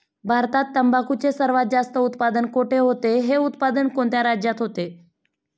भारतात तंबाखूचे सर्वात जास्त उत्पादन कोठे होते? हे उत्पादन कोणत्या राज्यात होते?